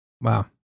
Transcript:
Wow